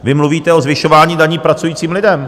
Vy mluvíte o zvyšování daní pracujícím lidem.